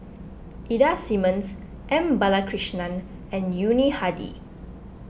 Ida Simmons M Balakrishnan and Yuni Hadi